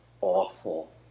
awful